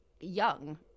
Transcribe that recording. young